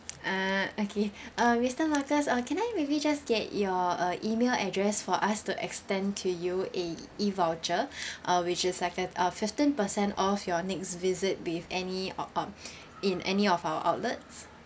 uh okay uh mister marcus uh can I may be just get your uh email address for us to extend to you a E voucher uh which is like uh a fifteen percent off your next visit with any or um in any of our outlets